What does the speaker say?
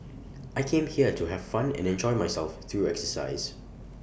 I came here to have fun and enjoy myself through exercise